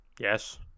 Yes